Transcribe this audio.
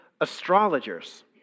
astrologers